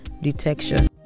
detection